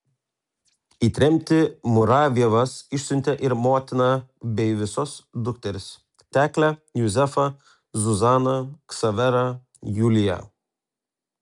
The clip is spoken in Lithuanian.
į tremtį muravjovas išsiuntė ir motiną bei visos dukteris teklę juzefą zuzaną ksaverą juliją